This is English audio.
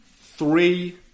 three